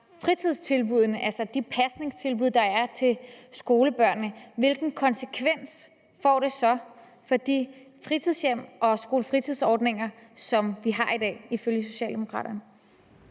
fritidstilbuddene, altså de pasningstilbud, der er til skolebørnene, hvilken konsekvens får det ifølge Socialdemokraterne så for de fritidshjem og skolefritidsordninger, som vi har i dag? Kl. 13:42 Anden